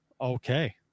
Okay